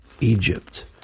Egypt